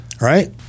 Right